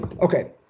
Okay